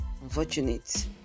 unfortunate